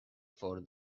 for